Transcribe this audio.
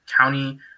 County